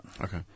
Okay